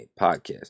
podcast